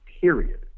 period